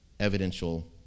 Evidential